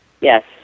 Yes